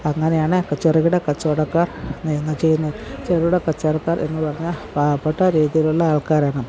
അങ്ങനെയാണ് ചെറുകിട കച്ചവടക്കാർ ചെയ്യുന്നത് ചെറുകിട കച്ചവടക്കാർ എന്നു പറഞ്ഞാൽ പാവപ്പെട്ട രീതിയിലുള്ള ആൾക്കാരാണ്